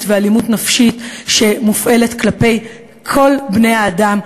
ואלימות נפשית שמופעלת כלפי כל בני-האדם,